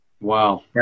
Wow